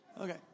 Okay